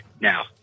now